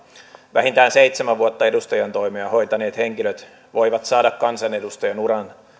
vähintään seitsemän vuotta edustajantoimea hoitaneet henkilöt voivat saada kansanedustajauran